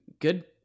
good